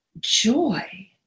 joy